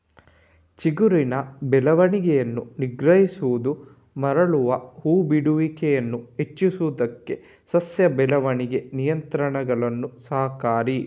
ಚಿಗುರಿನ ಬೆಳವಣಿಗೆಯನ್ನು ನಿಗ್ರಹಿಸುವುದು ಮರಳುವ ಹೂ ಬಿಡುವಿಕೆಯನ್ನು ಹೆಚ್ಚಿಸುವುದಕ್ಕೆ ಸಸ್ಯ ಬೆಳವಣಿಗೆ ನಿಯಂತ್ರಕಗಳು ಸಹಕಾರಿ